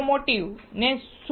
automotive નું શું